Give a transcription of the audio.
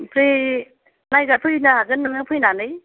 ओमफ्राय नायजाफैनो होगोन ओमफ्राय नोङो फैनानै